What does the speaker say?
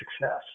success